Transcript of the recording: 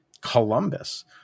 Columbus